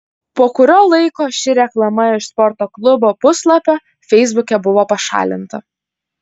po kurio laiko ši reklama iš sporto klubo puslapio feisbuke buvo pašalinta